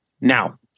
Now